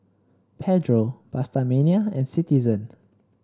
Pedro PastaMania and Citizen